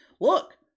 Look